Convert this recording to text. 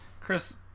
chris